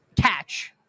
catch